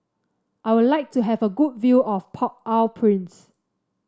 I would like to have a good view of Port Au Prince